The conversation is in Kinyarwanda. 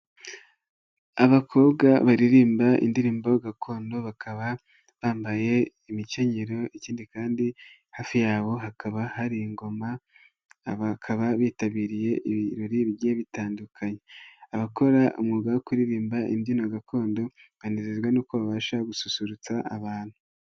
Abakobwa baririmba indirimbo gakondo bakaba bambaye imikenyero ikindi kandi hafi yabo hakaba hari ingoma, bakaba bitabiriye ibirori bigiye bitandukanye, abakora umwuga wo kuririmba imbyino gakondo banezezwa n'uko babasha gususurutsa abantu.